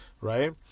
right